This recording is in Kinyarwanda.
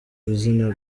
izina